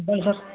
చెప్పండి సార్